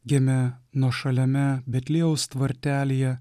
gimė nuošaliame betliejaus tvartelyje